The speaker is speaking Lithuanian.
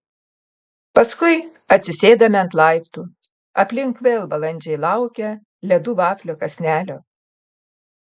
paskui atsisėdame ant laiptų aplink vėl balandžiai laukia ledų vaflio kąsnelio